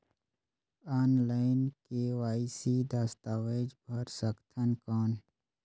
Online KYC दस्तावेज भर सकथन कौन?